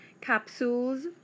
Capsules